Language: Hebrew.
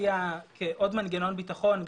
עוד מנגנון ביטחון,